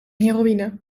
heroïne